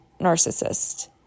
narcissist